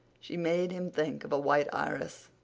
she made him think of a white iris.